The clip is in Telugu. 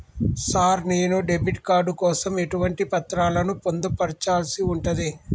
సార్ నేను డెబిట్ కార్డు కోసం ఎటువంటి పత్రాలను పొందుపర్చాల్సి ఉంటది?